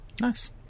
Nice